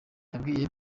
yabwiye